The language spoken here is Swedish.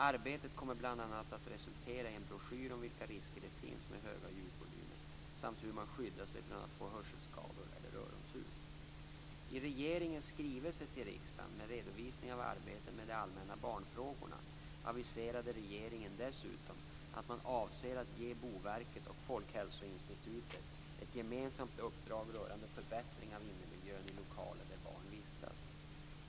Arbetet kommer bl.a. att resultera i en broschyr om vilka risker det finns med höga ljudvolymer samt hur man skyddar sig från att få hörselskador eller öronsus. 1997/98:79) aviserade regeringen dessutom att man avser att ge Boverket och Folkhälsoinstitutet ett gemensamt uppdrag rörande förbättringar av innemiljön i lokaler där barn vistas.